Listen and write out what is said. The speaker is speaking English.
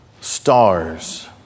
stars